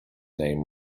name